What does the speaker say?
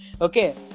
Okay